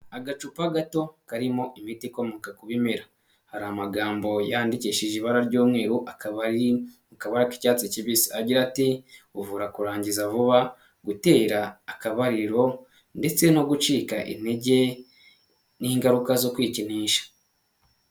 Agacupa gato karimo imiti ikomoka ku bimera, hari amagambo yandikishije ibara ry'umweru, akaba ari akabara k'icyatsi kibisi, agira ati;"Uvura kurangiza vuba, gutera akabariro ndetse no gucika intege n'ingaruka zo kwikinisha."